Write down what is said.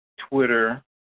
Twitter